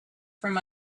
from